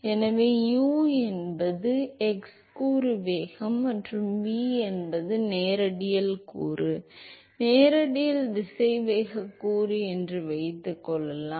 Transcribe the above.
எனவே u என்பது x கூறு வேகம் மற்றும் v என்பது ரேடியல் கூறு ரேடியல் திசைவேக கூறு என்று வைத்துக்கொள்வோம்